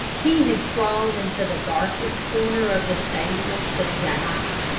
he had crawled into the darkest corner of the stable to die,